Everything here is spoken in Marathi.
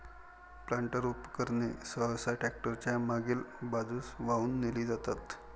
प्लांटर उपकरणे सहसा ट्रॅक्टर च्या मागील बाजूस वाहून नेली जातात